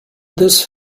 this